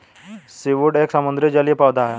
seaweed एक समुद्री जलीय पौधा है